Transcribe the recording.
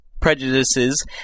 prejudices